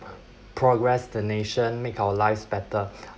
progress the nation make our lives better